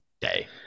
day